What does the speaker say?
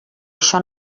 això